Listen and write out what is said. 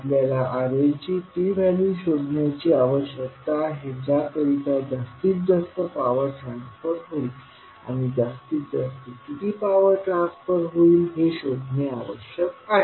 आपल्याला RLची ती व्हॅल्यू शोधण्याची आवश्यकता आहे ज्या करिता जास्तीत जास्त पावर ट्रान्सफर होईल आणि जास्तीत जास्त किती पावर ट्रान्सफर होईल हे शोधणे आवश्यक आहे